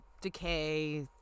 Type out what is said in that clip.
decay